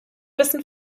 wissen